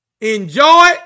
enjoy